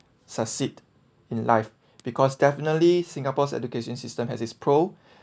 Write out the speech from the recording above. succeed in life because definitely singapore's education system has its pro